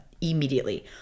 immediately